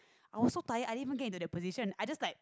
I was so tired I didn't even get into that position I just like